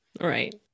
Right